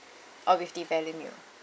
or with the value meal